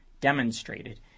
demonstrated